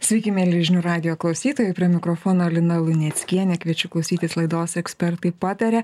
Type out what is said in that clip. sveiki mieli žinių radijo klausytojai prie mikrofono lina luneckienė kviečiu klausytis laidos ekspertai pataria